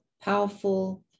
powerful